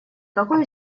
какой